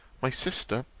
my sister,